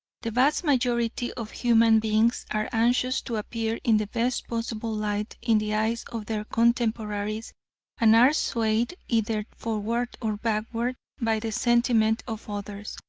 the vast majority of human beings are anxious to appear in the best possible light in the eyes of their contemporaries and are swayed either forward or backward by the sentiment of others.